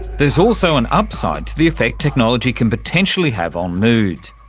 there's also an upside to the effect technology can potentially have on mood.